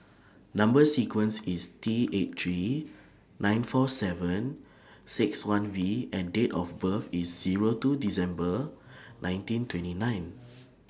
Number sequence IS T eight three nine four seven six one V and Date of birth IS Zero two December nineteen twenty nine